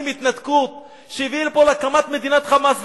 "התנתקות" שהביאה פה להקמת מדינת "חמאס",